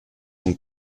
son